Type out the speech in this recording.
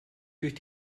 durch